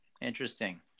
Interesting